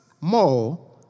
more